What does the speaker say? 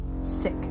sick